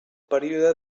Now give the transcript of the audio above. període